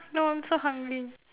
no I'm so hungry